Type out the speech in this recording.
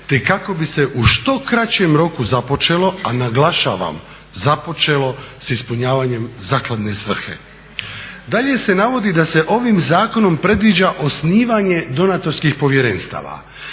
te kako bi se u što kraćem roku započelo, a naglašavam započelo, s ispunjavanjem zakladne svrhe. Dalje se navodi da se ovim zakonom predviđa osnivanje donatorskih povjerenstava,